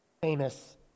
famous